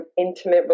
intimate